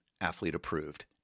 athlete-approved